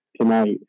tonight